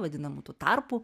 vadinamų tų tarpų